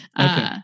Okay